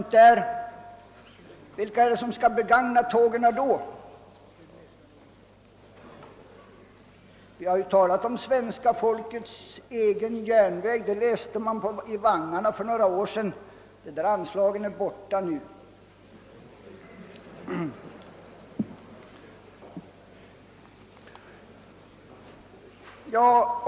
Vilka är det som skall begagna tågen i så fall? Det har talats om att SJ är svenska folkets egen järnväg; det kunde vi läsa i vagnarna för några år sedan. De anslagen är borta nu.